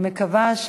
אני מקווה,